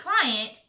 client